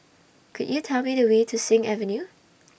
Could YOU Tell Me The Way to Sing Avenue